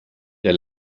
der